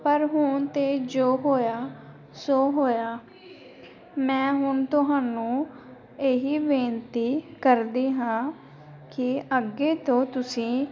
ਪਰ ਹੁਣ ਤਾਂ ਜੋ ਹੋਇਆ ਸੋ ਹੋਇਆ ਮੈਂ ਹੁਣ ਤੁਹਾਨੂੰ ਇਹੀ ਬੇਨਤੀ ਕਰਦੀ ਹਾਂ ਕਿ ਅੱਗੇ ਤੋਂ ਤੁਸੀਂ